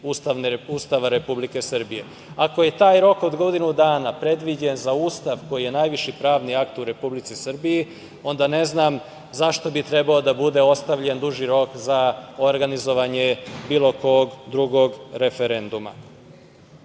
Ustava Republike Srbije. Ako je taj rok od godinu dana predviđen za Ustav koji je najviši pravni akt u Republici Srbiji, onda ne znam zašto bi trebalo da bude ostavljen duži rok za organizovanje bilo kog drugog referenduma. Ono